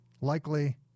likely